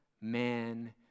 man